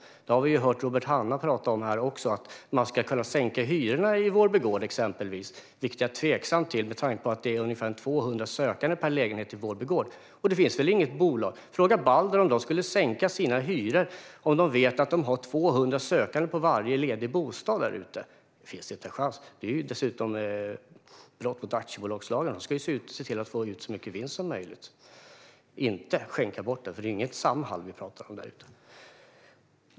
Vi har här hört Robert Hannah prata om att man ska kunna sänka hyrorna i exempelvis Vårby gård, vilket jag är tveksam till med tanke på att det är ungefär 200 sökande per lägenhet i Vårby gård. Fråga Balder om de skulle sänka sina hyror om de vet att de har 200 sökande på varje ledig bostad därute. Det finns inte en chans. Det är dessutom ett brott mot aktiebolagslagen. De ska se till att få ut så mycket vinst som möjligt och inte skänka bort den. Det är inte Samhall vi pratar om därute.